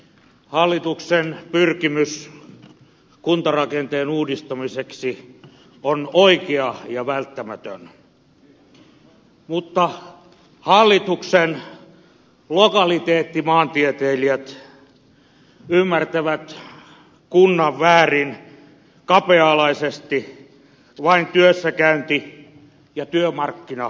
hallituksen pyrkimys kuntarakenteen uudistamiseksi on oikea ja välttämätön mutta hallituksen lokaliteettimaantieteilijät ymmärtävät kunnan väärin kapea alaisesti vain työssäkäynti ja työmarkkina alueeksi